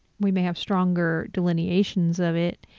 we may have stronger delineations of it.